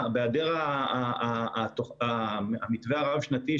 בהיעדר המתווה הרב-שנתי,